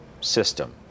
system